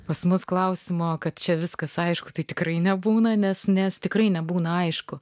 pas mus klausimo kad čia viskas aišku tai tikrai nebūna nes nes tikrai nebūna aišku